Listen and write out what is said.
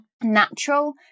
natural